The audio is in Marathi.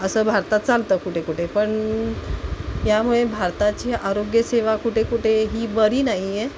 असं भारतात चालतं कुठे कुठे पण यामुळे भारताची आरोग्यसेवा कुठे कुठे ही बरी नाही आहे